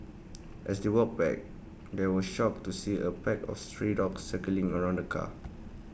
as they walked back they were shocked to see A pack of stray dogs circling around the car